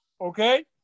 Okay